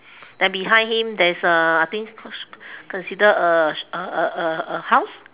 then behind him there is a I think con~ consider a a a a house